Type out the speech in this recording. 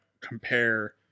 compare